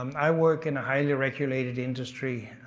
um i work in a highly regulated industry.